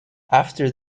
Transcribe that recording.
after